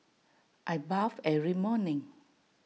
I bathe every morning